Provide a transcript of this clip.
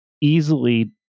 easily